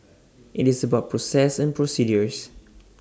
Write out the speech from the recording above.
IT is about process and procedures